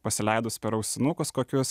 pasileidus per ausinukus kokius